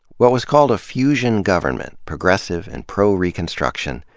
what was called a fusion government, progressive and pro reconstruction,